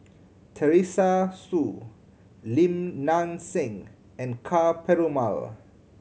Teresa Hsu Lim Nang Seng and Ka Perumal